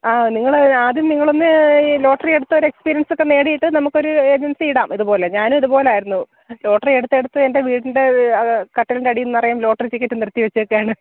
ആ നിങ്ങൾ ആദ്യം നിങ്ങളൊന്ന് ഈ ലോട്ടറി എടുത്തൊരു എക്സ്പീരിയൻസൊക്കെ നേടിയിട്ട് നമുക്കൊരു ഏജൻസി ഇടാം ഇതുപോലെ ഞാനും ഇതുപോലെയായിരുന്നു ലോട്ടറി എടുത്തെടുത്ത് എൻ്റെ വീടിൻ്റെ കട്ടിലിൻ്റ അടിയിൽ നിന്ന് നിറയെയും ലോട്ടറി ടിക്കറ്റ് നിരത്തി വച്ചിരിക്കുകയാണ്